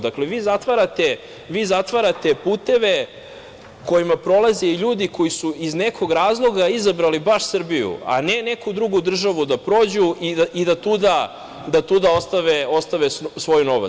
Dakle, vi zatvarate puteve kojima prolaze ljudi koji su iz nekog razloga izabrali baš Srbiju, a ne neku drugu državu da prođu i da tuda ostave svoj novac.